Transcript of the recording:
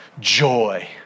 joy